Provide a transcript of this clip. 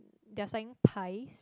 they are saying pies